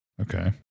Okay